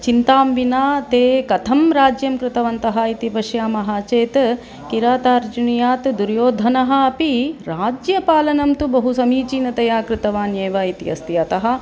चिन्तया विना ते कथं राज्यं कृतवन्तः इति पश्यामः चेत् किरातार्जुनीयात् दुर्योधनः अपि राज्यपालनं तु बहु समीचीनतया कृतवान् एव इति अस्ति अतः